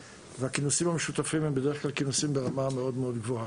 והכינוסים המשותפים הם בדרך כלל כינוסים ברמה מאוד מאוד גבוהה.